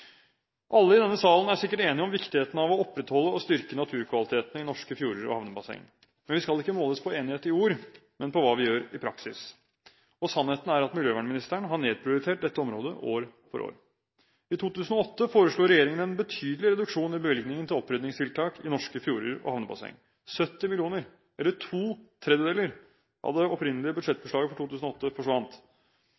Alle i denne salen er sikkert enige om viktigheten av å opprettholde og styrke naturkvaliteten i norske fjorder og havnebasseng. Men vi skal ikke måles på enighet i ord, men på hva vi gjør i praksis. Sannheten er at miljøvernministeren har nedprioritert dette området år for år. I 2008 foreslo regjeringen en betydelig reduksjon i bevilgningen til opprydningstiltak i norske fjorder og havnebasseng. 70 mill. kr – eller to tredjedeler av det opprinnelige